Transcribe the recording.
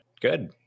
good